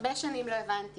"הרבה שנים לא הבנתי